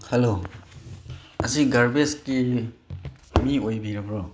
hello ꯑꯁꯤ ꯒꯥꯔꯕꯦꯖꯀꯤ ꯃꯤ ꯑꯣꯏꯕꯤꯔꯕ꯭ꯔꯣ